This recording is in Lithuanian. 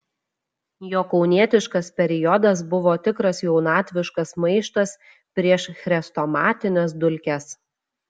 jo kaunietiškas periodas buvo tikras jaunatviškas maištas prieš chrestomatines dulkes